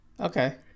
Okay